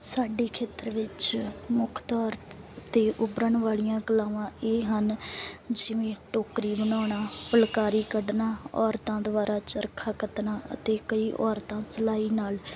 ਸਾਡੇ ਖੇਤਰ ਵਿੱਚ ਮੁੱਖ ਤੌਰ 'ਤੇ ਉੱਭਰਨ ਵਾਲੀਆਂ ਕਲਾਵਾਂ ਇਹ ਹਨ ਜਿਵੇਂ ਟੋਕਰੀ ਬਣਾਉਣਾ ਫੁਲਕਾਰੀ ਕੱਢਣਾ ਔਰਤਾਂ ਦੁਆਰਾ ਚਰਖਾ ਕੱਤਣਾ ਅਤੇ ਕਈ ਔਰਤਾਂ ਸਿਲਾਈ ਨਾਲ